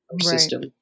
system